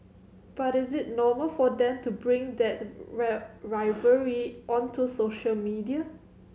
but is it normal for them to bring that rivalry onto social media